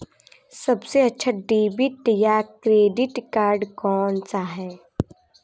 सबसे अच्छा डेबिट या क्रेडिट कार्ड कौन सा है?